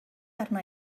arna